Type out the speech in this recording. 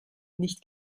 nicht